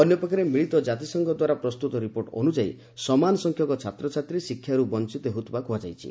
ଅନ୍ୟପକ୍ଷରେ ମିଳିତ କାତିସଂଘ ଦ୍ୱାରା ପ୍ରସ୍ତୁତ ରିପୋର୍ଟ ଅନୁଯାୟୀ ସମାନ ସଂଖ୍ୟକ ଛାତ୍ରଛାତ୍ରୀ ଶିକ୍ଷାରୁ ବଞ୍ଚତ ହେଉଥିବା କୁହାଯାଇଛି